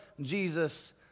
Jesus